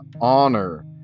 honor